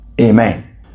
Amen